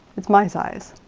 it's my size.